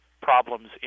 problems